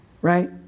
right